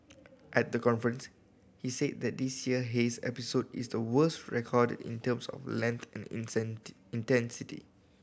at the conference he said that this year haze episode is the worst recorded in terms of length and intensity